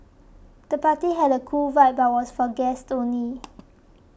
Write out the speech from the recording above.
the party had a cool vibe but was for guests only